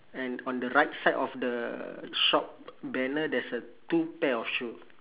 and on the right side of the shop banner there's a two pair of shoe